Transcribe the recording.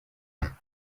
barize